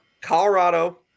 Colorado